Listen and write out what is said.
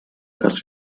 dass